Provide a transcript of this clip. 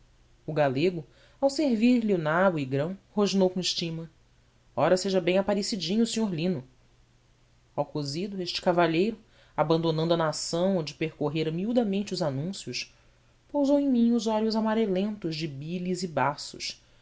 o galego ao servir-lhe o nabo e grão rosnou com estima ora seja bem aparecidinho o senhor lino ao cozido este cavalheiro abandonando a nação onde percorrera miudamente os anúncios pousou em mim os olhos amarelentos de bílis e baços